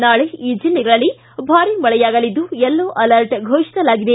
ನಾಳೆ ಈ ಜಿಲ್ಲೆಗಳಲ್ಲಿ ಭಾರಿ ಮಳೆಯಾಗಲಿದ್ದು ಯೆಲ್ಲೋ ಅಲರ್ಟ್ ಘೋಷಿಸಲಾಗಿದೆ